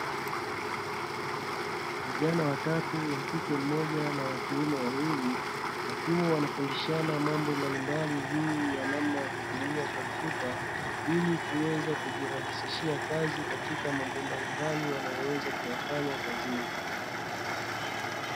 Vijana watatu wakiume mmoja na wakike wawili, wakiwa wanafundishana mambo mbalimbali ya namna ya kutumia kompyuta, ili kuweza kujirahisishia kazi katika mambo mbalimbali wanayoweza kuyafanya kazini.